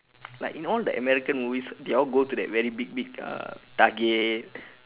like in all the american movies they all go to that very big big uh target